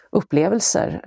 upplevelser